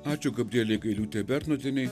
ačiū gabrieleo gailiūteiė bernotienei